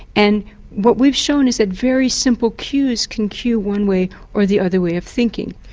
and what we've shown is that very simple cues can cue one way or the other way of thinking.